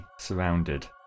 surrounded